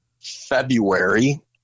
February